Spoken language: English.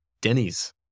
Denny's